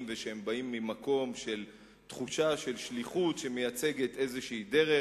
והם באים ממקום של תחושה של שליחות שמייצגת איזו דרך,